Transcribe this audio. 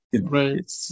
Right